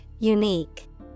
Unique